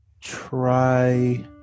try